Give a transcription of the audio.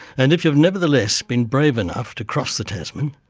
and if you've nevertheless been brave enough to cross the tasman,